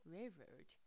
Railroad